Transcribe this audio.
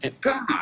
God